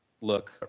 look